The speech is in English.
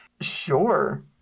Sure